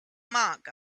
monk